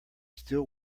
still